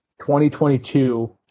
2022